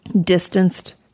distanced